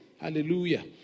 Hallelujah